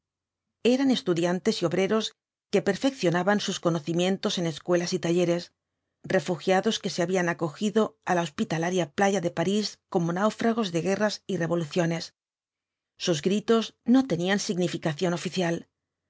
eran estudiantes y obreros que perfeccionaban sus conocimientos en escuelas y talleres refugiados que se habían acogido á la hospitalaria playa de parís como náufragos de guerras y revoluciones sus gritos no tenían significación oficial